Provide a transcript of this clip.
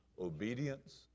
obedience